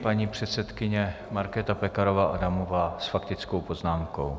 Paní předsedkyně Markéta Pekarová Adamová s faktickou poznámkou.